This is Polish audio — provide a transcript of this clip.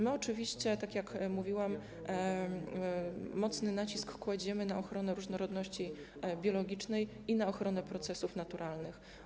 My oczywiście, tak jak mówiłam, mocny nacisk kładziemy na ochronę różnorodności biologicznej i procesów naturalnych.